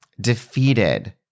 defeated